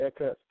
haircuts